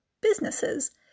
businesses